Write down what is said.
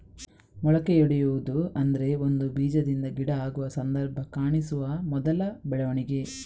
ಮೊಳಕೆಯೊಡೆಯುವುದು ಅಂದ್ರೆ ಒಂದು ಬೀಜದಿಂದ ಗಿಡ ಆಗುವ ಸಂದರ್ಭ ಕಾಣಿಸುವ ಮೊದಲ ಬೆಳವಣಿಗೆ